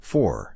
Four